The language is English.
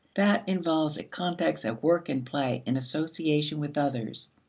that involves a context of work and play in association with others.